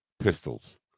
Pistols